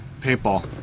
paintball